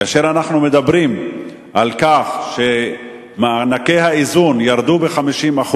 כאשר אנחנו מדברים על כך שמענקי האיזון ירדו ב-50%,